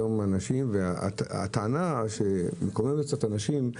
הטענה שמקוממת אנשים היא